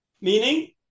meaning